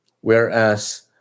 Whereas